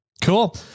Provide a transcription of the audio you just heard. Cool